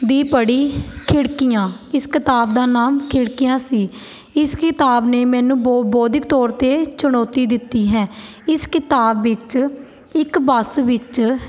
ਦੀ ਪੜ੍ਹੀ ਖਿੜਕੀਆਂ ਇਸ ਕਿਤਾਬ ਦਾ ਨਾਮ ਖਿੜਕੀਆਂ ਸੀ ਇਸ ਕਿਤਾਬ ਨੇ ਮੈਨੂੰ ਬੋ ਬੋਧਿਕ ਤੌਰ 'ਤੇ ਚੁਣੌਤੀ ਦਿੱਤੀ ਹੈ ਇਸ ਕਿਤਾਬ ਵਿੱਚ ਇੱਕ ਬੱਸ ਵਿੱਚ